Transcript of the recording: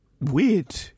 weird